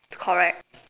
correct